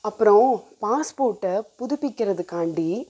அப்புறம் பாஸ்போர்ட்டை புதுப்பிக்கிறதுக்காண்டி